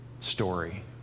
story